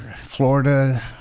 Florida